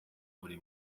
buri